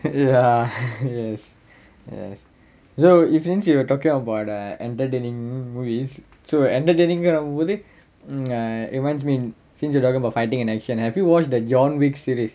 ya yes yes so if since you were talking about uh entertaining movies so we're entertaining ர போது:ra pothu err it reminds me since you're talking about fighting and action have you watched the john wick series